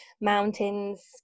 mountains